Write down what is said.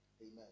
Amen